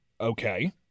Okay